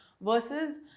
versus